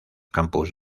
campus